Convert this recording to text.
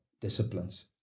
disciplines